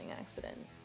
accident